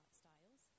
styles